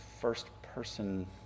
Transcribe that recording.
first-person